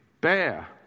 bear